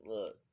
Look